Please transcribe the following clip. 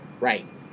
Right